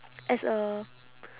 as a